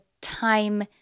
time